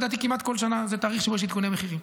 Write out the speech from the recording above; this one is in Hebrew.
כמעט בכל שנה זה תאריך שבו יש עדכוני מחירים.